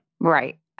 Right